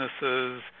businesses